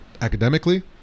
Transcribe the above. academically